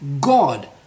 God